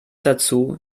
dazu